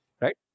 right